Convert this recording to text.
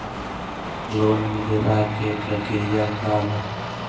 Loan मिलेला के प्रक्रिया का बा?